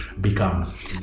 becomes